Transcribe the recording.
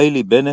היילי בנט,